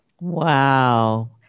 Wow